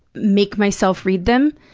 make myself read them,